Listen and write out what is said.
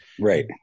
right